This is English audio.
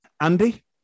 Andy